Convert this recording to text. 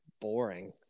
boring